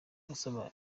gusaba